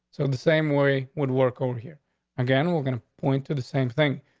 so the same way would work over here again. we're gonna point to the same thing.